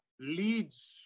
leads